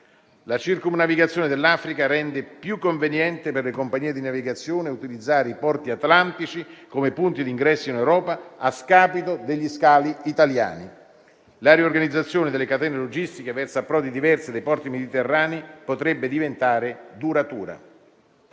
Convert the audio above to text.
La circumnavigazione dell'Africa rende più conveniente per le compagnie di navigazione utilizzare i porti atlantici come punti di ingresso in Europa, a scapito degli scali italiani. La riorganizzazione delle catene logistiche verso approdi diversi dai porti mediterranei potrebbe diventare duratura.